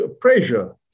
pressure